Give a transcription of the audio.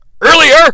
earlier